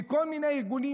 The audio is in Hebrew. מכל מיני ארגונים,